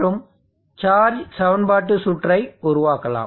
மற்றும் சார்ஜ் சமன்பாட்டு சுற்றை உருவாக்கலாம்